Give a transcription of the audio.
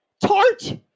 Tart